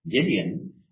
Gideon